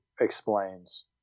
explains